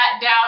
down